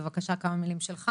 בבקשה כמה מילים שלך